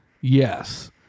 Yes